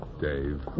Dave